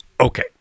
Okay